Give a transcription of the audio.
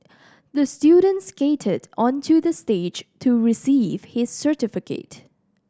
the student skated onto the stage to receive his certificate